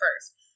first